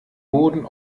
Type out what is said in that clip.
boden